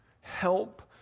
help